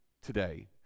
today